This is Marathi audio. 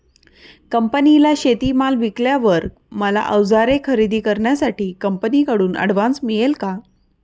कंपनीला शेतीमाल विकल्यावर मला औजारे खरेदी करण्यासाठी कंपनीकडून ऍडव्हान्स मिळेल का?